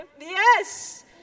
Yes